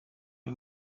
ari